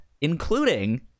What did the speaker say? including